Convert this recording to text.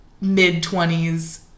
mid-20s